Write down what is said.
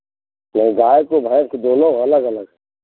नहीं गाय को भैंस को दोनों अलग अलग है